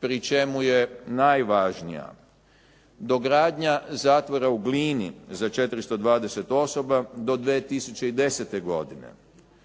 pri čemu je najvažnija dogradnja zatvora u Glini za 420 osoba do 2010. godine,